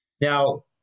Now